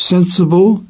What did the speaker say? Sensible